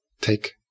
Take